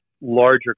larger